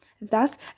Thus